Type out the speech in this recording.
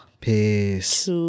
Peace